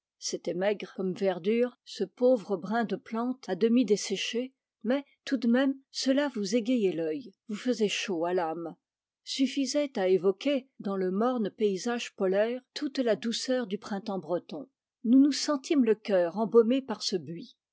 c'était maigre comme verdure ce pauvre brin de plante à demi desséchée mais tout de même cela vous égayait l'œil vous faisait chaud à l'âme suffisait à évoquer dans le morne paysage polaire toute la douceur du printemps breton nous nous sentîmes le cœur embaumé par ce buis